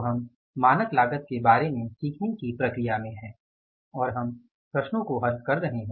तो हम मानक लागत के बारे में सीखने की प्रक्रिया में हैं और हम प्रश्नों को हल कर रहे हैं